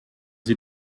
sie